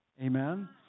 Amen